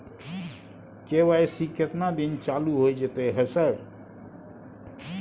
KYC केतना दिन चालू होय जेतै है सर?